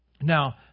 Now